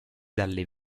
dalle